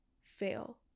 fail